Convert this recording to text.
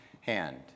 hand